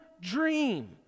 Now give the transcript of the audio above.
dream